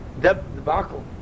debacle